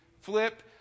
flip